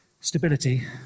Stability